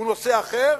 הוא נושא אחר,